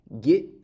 Get